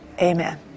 amen